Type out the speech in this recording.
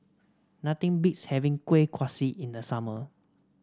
nothing beats having Kueh Kaswi in the summer